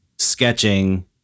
sketching